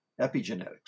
epigenetics